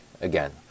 again